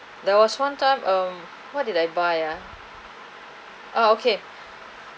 there was one time um what did I buy ah ah okay